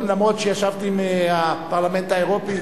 אף-על-פי שישבתי עם הפרלמנט האירופי,